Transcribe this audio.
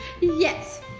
Yes